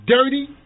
Dirty